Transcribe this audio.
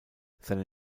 seine